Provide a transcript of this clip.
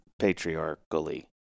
patriarchally